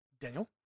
Daniel